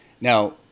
now